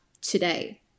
today